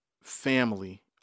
family